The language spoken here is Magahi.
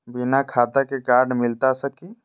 बिना खाता के कार्ड मिलता सकी?